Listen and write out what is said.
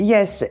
Yes